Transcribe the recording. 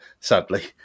sadly